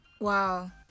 wow